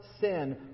sin